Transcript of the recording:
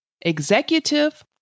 executive